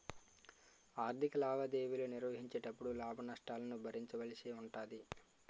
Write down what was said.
ఆర్ధిక లావాదేవీలు నిర్వహించేటపుడు లాభ నష్టాలను భరించవలసి ఉంటాది